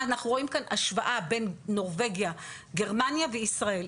אנחנו רואים כאן השוואה בין נורבגיה-גרמניה וישראל,